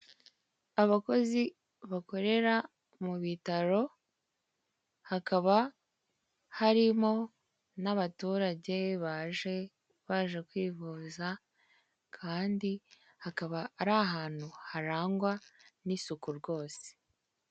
Abakozi bakorera mu bitaro, hakaba harimo n'abaturage baje baje kwivuza kandi hakaba ari ahantu harangwa n'isuku rwose.